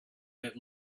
that